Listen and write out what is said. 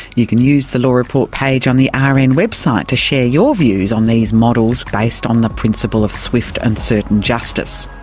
you can use the law report page on the ah rn and website to share your views on these models based on the principle of swift and certain justice.